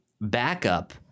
backup